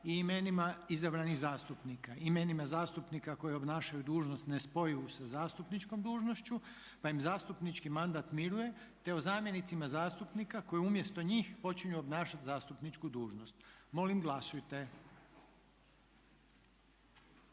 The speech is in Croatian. i imenima izabranih zastupnika, imenima zastupnika koji obnašaju dužnost nespojivu sa zastupničkom dužnošću pa im zastupnički mandat miruje te o zamjenicima zastupnika koji umjesto njih počinju obnašati zastupničku dužnost." Molim glasujte.